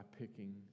picking